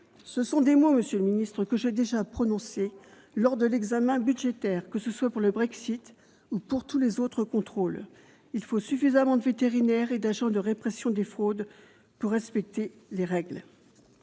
Ce sont des mots, monsieur le ministre, que j'ai déjà prononcés lors de l'examen budgétaire, que ce soit pour le Brexit ou pour tous les autres contrôles : il faut suffisamment de vétérinaires et d'agents de répression des fraudes pour respecter les règles.